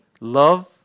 love